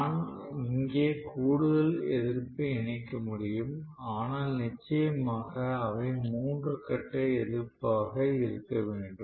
நான் இங்கே கூடுதல் எதிர்ப்பை இணைக்க முடியும் ஆனால் நிச்சயமாக அவை மூன்று கட்ட எதிர்ப்பாக இருக்க வேண்டும்